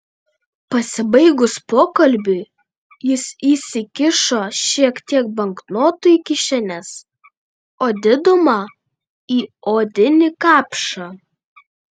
pasibaigus pokalbiui jis įsikišo šiek tiek banknotų į kišenes o didumą į odinį kapšą